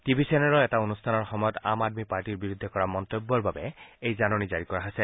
T V চেনেলৰ এটা অনুষ্ঠানৰ সময়ত আম আদমী পাৰ্টীৰ বিৰুদ্ধে কৰা মন্তব্যৰ বাবে এই জাননী জাৰি কৰা হৈছে